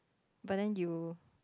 but then you